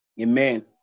Amen